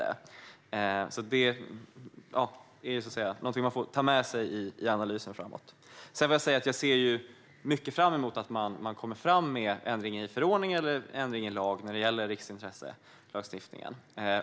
Det är något man får ta med i analysen framåt. Jag ser fram emot att det kommer en ändring i förordning eller lag vad gäller riksintresselagstiftningen.